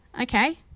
okay